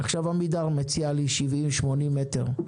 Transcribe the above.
עכשיו עמידר מציעה לי 80-70 מטר.